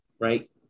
right